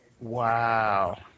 Wow